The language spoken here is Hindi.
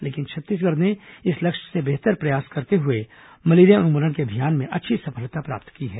लेकिन छत्तीसगढ़ ने इस लक्ष्य से बेहतर प्रयास करते हुए मलेरिया उन्मूलन के अभियान में अच्छी सफलता प्राप्त की है